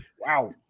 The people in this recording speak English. wow